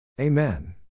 Amen